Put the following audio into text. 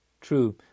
True